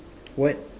what